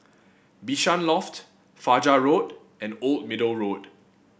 Bishan Loft Fajar Road and Old Middle Road